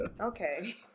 Okay